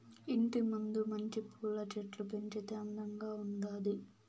ఇంటి ముందు మంచి పూల చెట్లు పెంచితే అందంగా ఉండాది